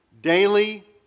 Daily